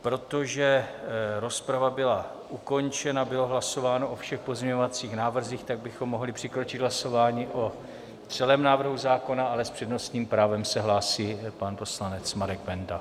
Protože rozprava byla ukončena, bylo hlasováno o všech pozměňovacích návrzích, tak bychom mohli přikročit k hlasování o celém návrhu zákona, ale s přednostním právem se hlásí pan poslanec Marek Benda.